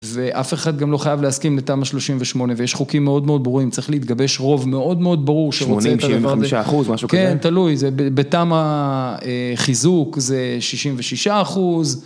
ואף אחד גם לא חייב להסכים לתמ"א 38, ויש חוקים מאוד מאוד ברורים, צריך להתגבש רוב מאוד מאוד ברור שרוצה את הדבר הזה. 85 אחוז, משהו כזה. כן, תלוי, בתמ"א חיזוק זה 66 אחוז